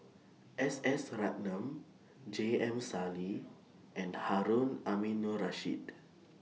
S S Ratnam J M Sali and Harun Aminurrashid